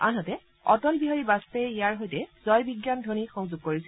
আনহাতে অটল বিহাৰী বাজপেয়ীয়ে ইয়াৰ সৈতে জয় বিজ্ঞান ধবনি সংযোগ কৰিছিল